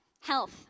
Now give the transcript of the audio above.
Health